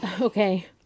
Okay